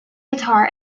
guitar